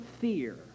fear